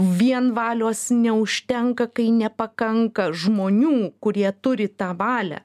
vien valios neužtenka kai nepakanka žmonių kurie turi tą valią